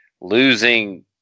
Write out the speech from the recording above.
losing